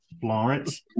Florence